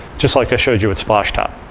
just like i showed you with splashtop.